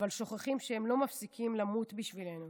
אבל שוכחים שהם לא מפסיקים למות בשבילנו